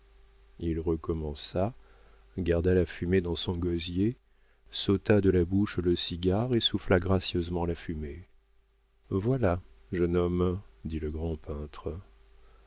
il recommença garda la fumée dans son gosier s'ôta de la bouche le cigare et souffla gracieusement la fumée voilà jeune homme dit le grand peintre